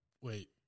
Wait